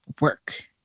work